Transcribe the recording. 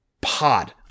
Pod